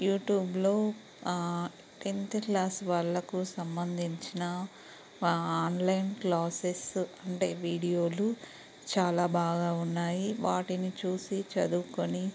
యూట్యూబ్లో tenth class వాళ్ళకు సంబంధించిన ఆన్లైన్ క్లాసెస్ అంటే వీడియోలు చాలా బాగా ఉన్నాయి వాటిని చూసి చదువుకొని